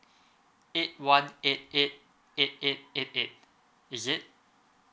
eight one eight eight eight eight eight eight is it